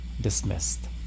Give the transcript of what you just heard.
dismissed